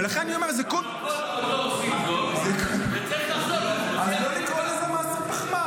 ולכן אני אומר ------ אז לא לקרוא לזה מס פחמן.